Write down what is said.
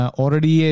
already